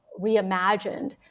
reimagined